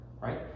right